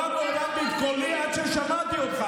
חבר הכנסת להב הרצנו, תתבייש לך.